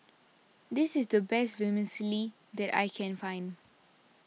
this is the best Vermicelli that I can find